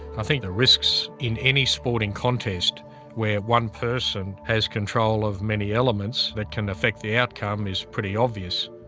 i think the risks in any sporting contest where one person has control of many elements that can affect the outcome is pretty obvious.